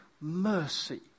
mercy